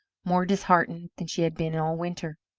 more disheartened than she had been all winter.